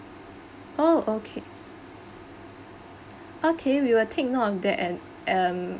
oh okay okay we will take note of that and um